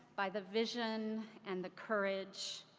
by the vision and the courage,